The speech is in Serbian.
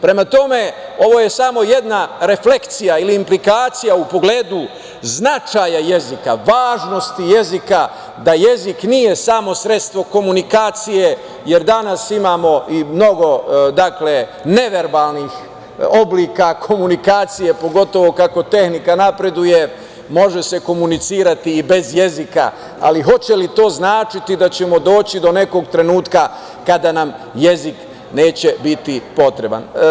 Prema tome, ovo je samo jedna reflekcija ili implikacija u pogledu značaja jezika, važnosti jezika, da jezik nije samo sredstvo komunikacije, jer danas imamo i mnogo neverbalnih oblika komunikacije, pogotovo kako tehnika napreduje može se komunicirati i bez jezika, ali hoće li to značiti da ćemo doći do nekog trenutka kada nam jezik neće biti potreban?